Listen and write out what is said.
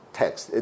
text